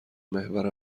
محور